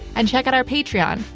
and check out our patreon.